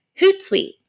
Hootsuite